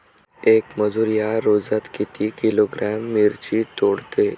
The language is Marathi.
येक मजूर या रोजात किती किलोग्रॅम मिरची तोडते?